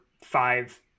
five